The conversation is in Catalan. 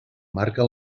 marca